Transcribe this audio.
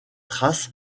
traces